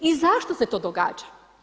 I zašto se to događa?